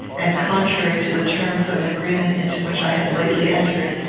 and contrary to the terms of an agreement into which i had lately entered,